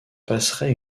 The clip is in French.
passerait